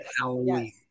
Halloween